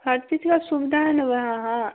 हर चीज़ की सुविधा है ना वहाँ हाँ